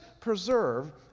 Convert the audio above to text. Preserve